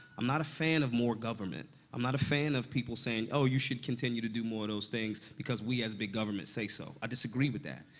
i'm not a fan of more government. i'm not a fan of people saying, oh, you should continue to do more of those things because we as big government say so. i disagree with that.